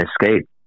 escape